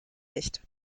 nicht